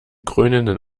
krönenden